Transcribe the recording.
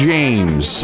James